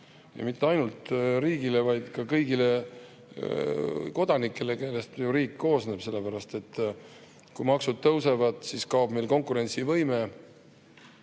Ja mitte ainult riigile, vaid ka kõigile kodanikele, kellest riik koosneb. Sellepärast, et kui maksud tõusevad, siis kaob meil konkurentsivõime.